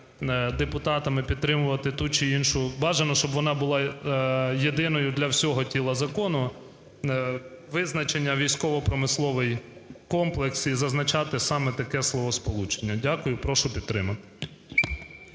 депутатами підтримувати ту чи іншу. Бажано, щоб вона була єдиною для всього тіла закону. Визначення "військово-промисловий комплекс" і зазначати саме таке словосполучення. Дякую і прошу підтримати.